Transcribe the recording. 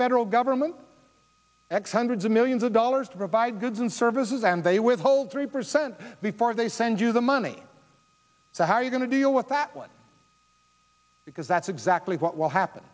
federal government x hundreds of millions of dollars to provide goods and services and they withhold three percent before they send you the money so how are you going to deal with that one because that's exactly what will happen